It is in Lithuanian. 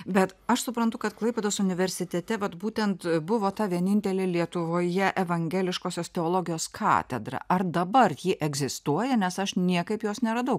bet aš suprantu kad klaipėdos universitete vat būtent buvo ta vienintelė lietuvoje evangeliškosios teologijos katedra ar dabar ji egzistuoja nes aš niekaip jos neradau